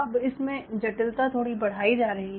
अब इसमें जटिलता थोड़ी बढ़ाई जा रही है